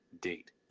date